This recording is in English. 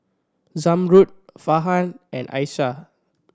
Zamrud Farhan and Aishah